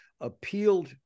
appealed